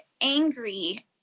angry